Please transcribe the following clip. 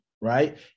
right